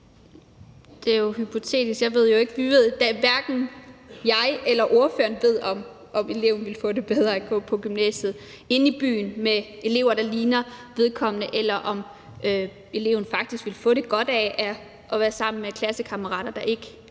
Det er jo hypotetisk. Vi ved jo ikke – hverken jeg eller ordføreren ved, om eleven ville få det bedre af at gå på gymnasiet inde i byen med elever, der ligner vedkommende, eller om eleven faktisk ville få det godt af at være sammen med klassekammerater, der ikke